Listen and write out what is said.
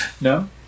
No